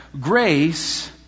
Grace